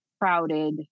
crowded